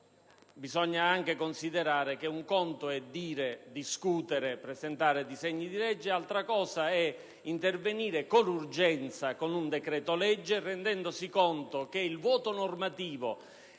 bisogna considerare che un conto è dire, discutere, presentare disegni di legge, altra cosa è intervenire con urgenza con un decreto-legge rendendosi conto che, nel vuoto normativo,